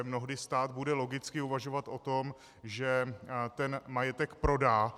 Mnohdy stát bude logicky uvažovat o tom, že ten majetek prodá.